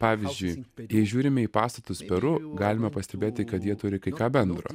pavyzdžiui jei žiūrime į pastatus peru galime pastebėti kad jie turi kai ką bendro